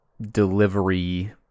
delivery